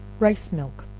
rice milk.